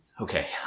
okay